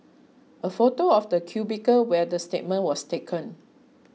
a photo of the cubicle where the statement was taken